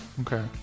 Okay